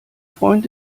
freund